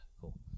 cool